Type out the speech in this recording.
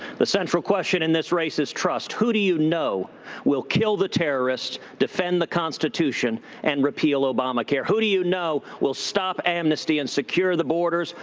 the central question in this race is trust. who do you know will kill the terrorists, defend the constitution and repeal obamacare? who do you know will stop amnesty and secure the borders?